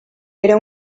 era